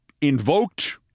invoked